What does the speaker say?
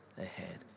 ahead